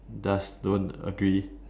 does don't agree